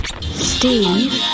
Steve